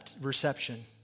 reception